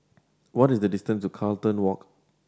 what is the distance to Carlton Walk